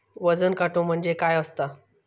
वजन काटो म्हणजे काय असता?